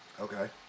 Okay